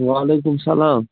وعلیکُم السَلام